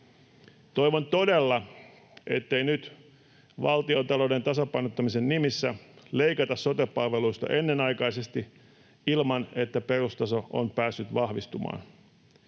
Toivon todella, ettei nyt valtiontalouden tasapainottamisen nimissä leikata sote-palveluista ennenaikaisesti, ilman että perustaso on päässyt vahvistumaan.